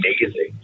amazing